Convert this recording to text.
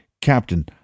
Captain